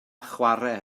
chwarae